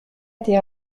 été